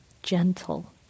gentle